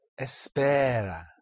espera